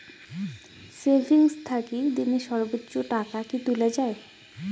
Savings থাকি দিনে সর্বোচ্চ টাকা কি তুলা য়ায়?